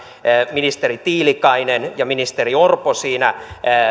ministeri tiilikainen ja ministeri orpo siinä